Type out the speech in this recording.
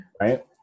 right